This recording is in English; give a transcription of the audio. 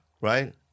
right